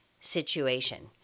situation